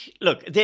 look